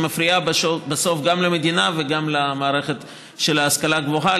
שמפריעה בסוף גם למדינה וגם למערכת של ההשכלה הגבוהה.